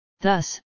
Thus